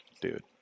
dude